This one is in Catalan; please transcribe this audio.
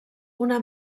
una